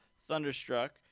Thunderstruck